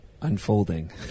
unfolding